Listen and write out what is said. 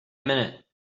minute